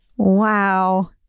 Wow